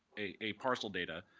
a parcel data,